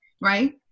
Right